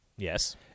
Yes